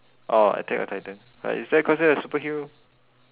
Attack-on-Titan wait is that consider a superhero